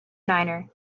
niner